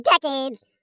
decades